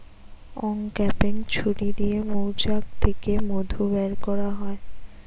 uncapping ছুরি দিয়ে মৌচাক থিকে মধু বের কোরা হয়